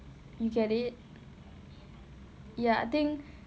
you get it ya I think